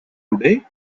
today